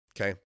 okay